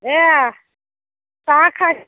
এয়া চাহ খাইছোঁ